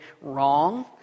wrong